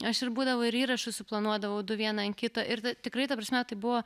aš ir būdavo ir įrašus suplanuodavau du vieną kitą ir tikrai ta prasme tai buvo